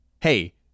Hey